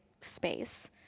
space